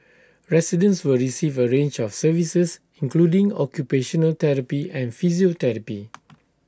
residents will receive A range of services including occupational therapy and physiotherapy